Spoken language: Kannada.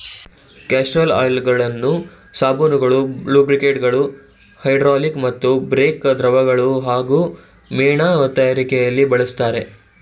ಕ್ಯಾಸ್ಟರ್ ಆಯಿಲನ್ನು ಸಾಬೂನುಗಳು ಲೂಬ್ರಿಕಂಟ್ಗಳು ಹೈಡ್ರಾಲಿಕ್ ಮತ್ತು ಬ್ರೇಕ್ ದ್ರವಗಳು ಹಾಗೂ ಮೇಣ ತಯಾರಿಕೆಲಿ ಬಳಸ್ತರೆ